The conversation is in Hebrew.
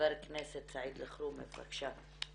חבר הכנסת סעיד אלחרומי בבקשה.